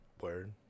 Word